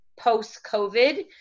post-COVID